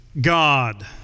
God